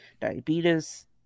diabetes